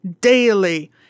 daily